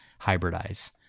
hybridize